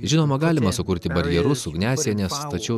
žinoma galima sukurti barjerus ugniasienes tačiau